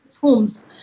homes